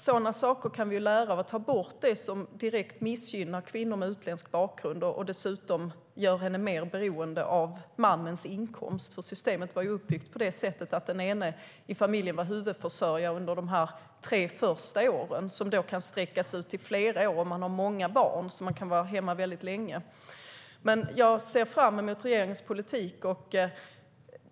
Sådana saker kan vi lära oss av och ta bort det som direkt missgynnar kvinnor med utländsk bakgrund och dessutom gör dem mer beroende av mannens inkomst. Systemet var ju uppbyggt på det sättet att den ene i familjen var huvudförsörjare under de tre första åren, som kan sträckas ut till flera år om man har många barn, så att man kan vara hemma väldigt länge. Jag ser fram emot regeringens politik.